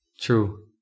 True